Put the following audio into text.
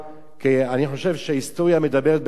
אני חושב שההיסטוריה מדברת בעד עצמה.